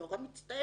אני נורא מצטערת,